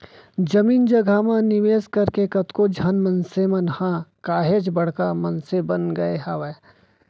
जमीन जघा म निवेस करके कतको झन मनसे मन ह काहेच बड़का मनसे बन गय हावय